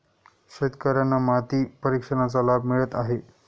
शेतकर्यांना माती परीक्षणाचा लाभ मिळत आहे